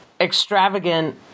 extravagant